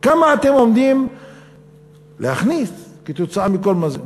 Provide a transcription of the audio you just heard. כמה אתם עומדים להכניס כתוצאה מכל זה?